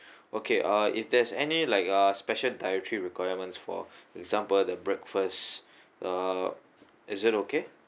okay uh if there's any like uh special dietary requirements for example the breakfast uh is it okay